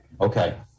Okay